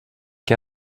què